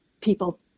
people